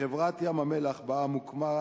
חברת "מפעלי ים-המלח בע"מ" הוקמה,